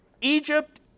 Egypt